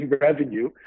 revenue